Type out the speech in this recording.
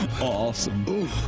Awesome